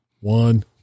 One